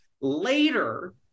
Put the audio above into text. Later